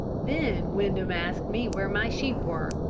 then windham asked me where my sheep were.